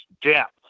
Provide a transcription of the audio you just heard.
depth